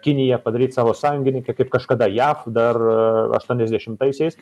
kiniją padaryt savo sąjungininke kaip kažkada jav dar aštuoniasdešimtaisiais